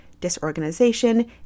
disorganization